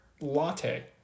latte